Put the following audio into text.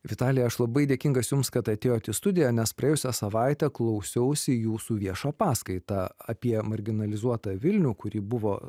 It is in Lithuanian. vitalija aš labai dėkingas jums kad atėjot į studiją nes praėjusią savaitę klausiausi jūsų viešą paskaitą apie marginalizuotą vilnių kuri buvo